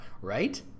right